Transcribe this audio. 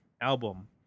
album